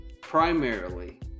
primarily